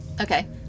Okay